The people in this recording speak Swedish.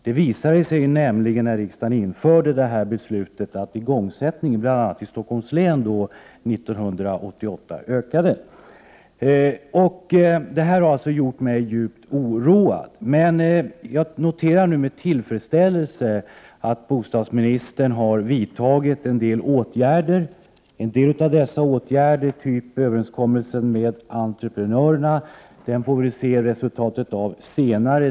Det visade sig nämligen, när riksdagens beslut började tillämpas, att igångsättningen av byggandet av lägenheter i bl.a. Stockholms län ökade under 1988. Jag noterar dock med tillfredsställelse att bostadsministern har vidtagit en del åtgärder. När det gäller en del av dessa åtgärder — t.ex. överenskommelsen med Byggentreprenörerna — får vi avvakta resultatet.